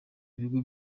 bigo